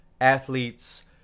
athletes